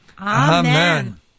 Amen